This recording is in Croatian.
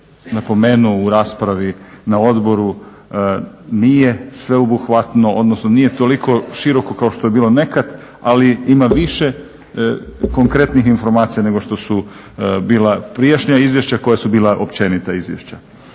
napomenuo u raspravi na odboru nije sveobuhvatno odnosno nije toliko široko kao što je bilo nekad, ali ima više konkretnih informacija nego što su bila prijašnja izvješća koja su bila općenita izvješća.